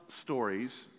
stories